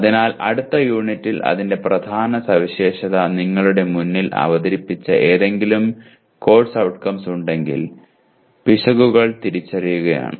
അതിനാൽ അടുത്ത യൂണിറ്റിൽ അതിന്റെ പ്രധാന സവിശേഷത നിങ്ങളുടെ മുന്നിൽ അവതരിപ്പിച്ച ഏതെങ്കിലും കോഴ്സ് ഔട്ട്കംസ് ഉണ്ടെങ്കിൽ പിശകുകൾ തിരിച്ചറിയുകയാണ്